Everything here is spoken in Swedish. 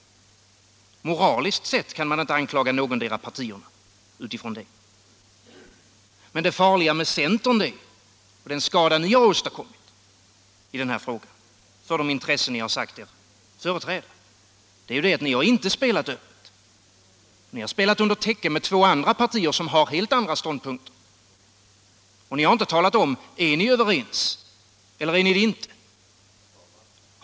Moraliskt sett kan man inte anklaga någotdera partiet som herr Sjönell gör. Men det farliga med centern och den skada ni centerpartister har åstadkommit i den här frågan på de intressen ni har sagt er företräda är ju att ni inte har spelat öppet. Ni har spelat under täcket med två andra partier, som har helt andra ståndpunkter! Ni har inte talat om ifall ni är överens eller inte.